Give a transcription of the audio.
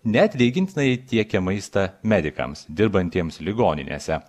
neatlygintinai tiekia maistą medikams dirbantiems ligoninėse